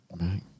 right